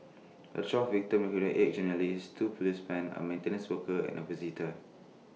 the twelve victims eight journalists two policemen A maintenance worker and A visitor